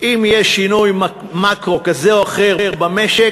אם יהיה שינוי מקרו כזה או אחר במשק,